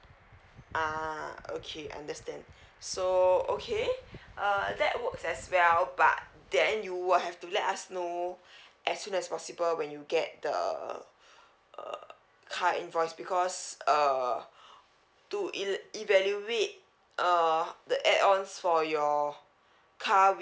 ah okay understand so okay uh that works as well but then you will have to let us know as soon as possible when you get the err car invoice because err to el~ evaluate uh the add ons for your car